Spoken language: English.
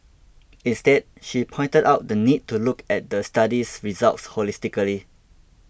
instead she pointed out the need to look at the study's results holistically